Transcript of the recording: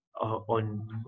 on